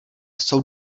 jsou